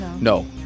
no